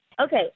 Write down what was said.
Okay